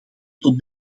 tot